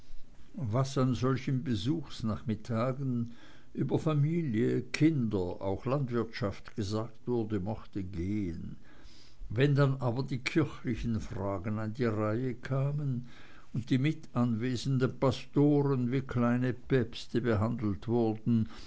was an solchen besuchsnachmittagen über familie kinder auch landwirtschaft gesagt wurde mochte gehen wenn dann aber die kirchlichen fragen an die reihe kamen und die mitanwesenden pastoren wie kleine päpste behandelt wurden